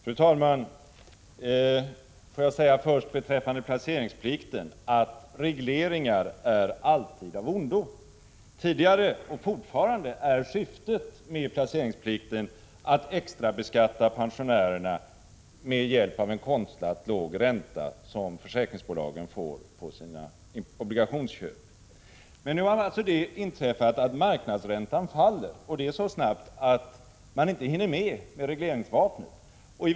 Fru talman! Får jag först säga beträffande placeringsplikten: Reglering är alltid av ondo. Tidigare var — och fortfarande är — syftet med placeringsplikten att extrabeskatta pensionärerna med hjälp av en konstlat låg ränta som försäkringsbolagen får på sina obligationsköp. Men nu har det inträffat att marknadsräntan faller och det så snabbt att man inte hinner med att justera inställningen på regleringsvapnet.